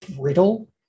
brittle